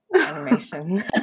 animation